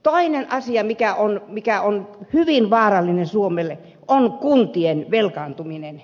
toinen asia mikä on hyvin vaarallinen suomelle on kuntien velkaantuminen